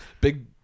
Big